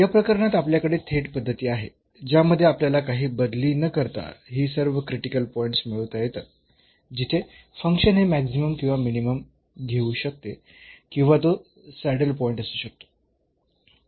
या प्रकरणात आपल्याकडे थेट पद्धती आहे ज्यामध्ये आपल्याला काही बदली न करता ही सर्व क्रिटिकल पॉईंट्स मिळवता येतात जिथे फंक्शन हे मॅक्सिमम किंवा मिनिमम घेऊ शकते किंवा तो सॅडल पॉईंट असू शकतो